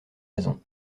raisons